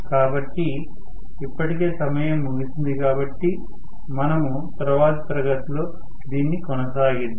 కాబట్టి ఇప్పటికే సమయం ముగిసింది కాబట్టి మనము తరువాతి తరగతిలో దీన్ని కొనసాగిద్దాం